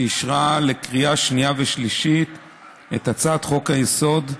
שאישרה לקריאה שנייה ושלישית את הצעת חוק-יסוד: